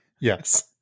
yes